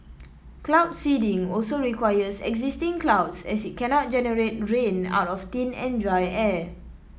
cloud seeding also requires existing clouds as it cannot generate rain out of thin and dry air